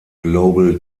global